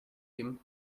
him